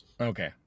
Okay